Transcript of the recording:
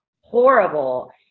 horrible